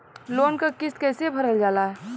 Loan क किस्त कैसे भरल जाए?